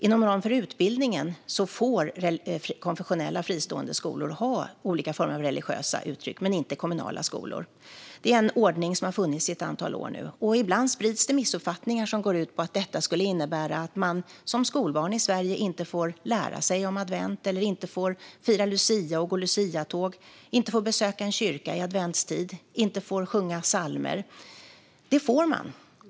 Inom ramen för utbildningen får konfessionella fristående skolor ha olika former av religiösa uttryck, men det får inte kommunala skolor. Det är en ordning som har funnits i ett antal år nu. Ibland sprids det missuppfattningar som går ut på att detta skulle innebära att man som skolbarn i Sverige inte får lära sig om advent, inte får fira lucia och gå luciatåg, inte får besöka en kyrka i adventstid och inte får sjunga psalmer. Det får man.